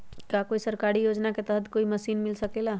का कोई सरकारी योजना के तहत कोई मशीन मिल सकेला?